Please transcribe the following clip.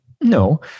No